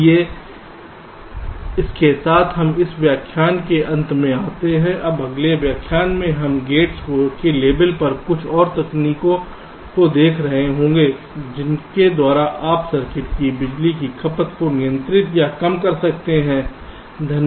इसलिए इसके साथ हम इस व्याख्यान के अंत में आते हैं अब अगले व्याख्यान में हम गेट्स के लेबल पर कुछ और तकनीकों को देख रहे हैं जिनके द्वारा आप सर्किट में बिजली की खपत को नियंत्रित या कम कर सकते हैं